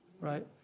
right